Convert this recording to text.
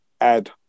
add